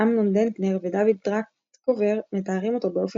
אמנון דנקנר ודוד טרטקובר מתארים אותו באופן